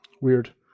Weird